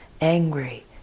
angry